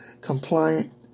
compliant